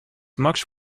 much